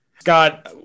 Scott